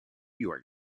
york